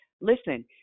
listen